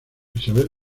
isabel